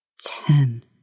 ten